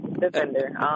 defender